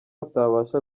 atabasha